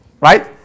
Right